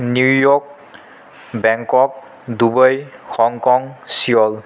New York Bangkok Dubai Hong Kong Seoul